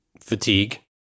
fatigue